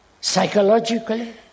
psychologically